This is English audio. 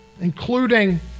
Including